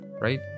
right